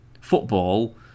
football